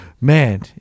man